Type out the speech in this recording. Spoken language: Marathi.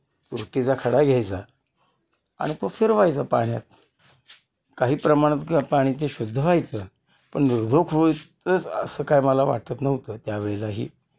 तुरटीचा खडा घ्यायचा आणि तो फिरवायचा पाण्यात काही प्रमाणात पाणी ते शुद्ध व्हायचं पण निर्धोक होयतंच असं काय मला वाटत नव्हतं त्यावेळेलाही